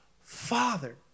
father